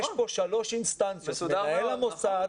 יש כאן שלוש אינסטנציות מנהל המוסד,